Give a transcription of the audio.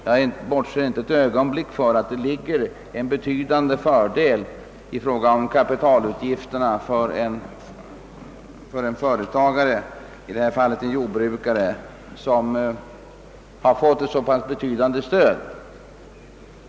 Jag kan inte ett ögonblick bortse ifrån att det ligger en betydande fördel i att en företagare, i detta fall en jordbrukare, får ett så pass betydande stöd.